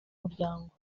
muryango